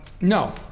No